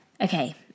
Okay